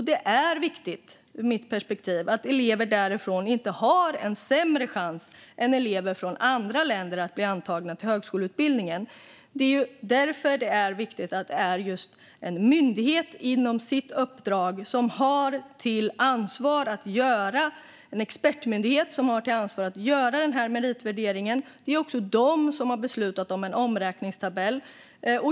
Det är ur mitt perspektiv viktigt att elever därifrån inte ska ha en sämre chans än elever från andra länder att bli antagna till högskoleutbildningen. Det är därför det är viktigt att det är just en expertmyndighet som inom sitt uppdrag har ansvaret för att göra den här meritvärderingen. Det är också den som har beslutat om en omräkningstabell.